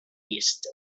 east